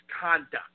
conduct